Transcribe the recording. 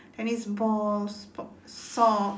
tennis balls sock socks